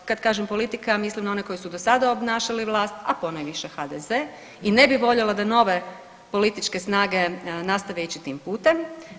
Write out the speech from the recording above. Kad kažem politika, mislim na one koji su do sada obnašali vlast, a ponajviše HDZ i ne bih voljela da nove političke snage nastave ići tim putem.